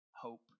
Hope